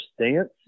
stance